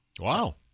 Wow